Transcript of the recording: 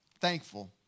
thankful